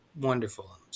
wonderful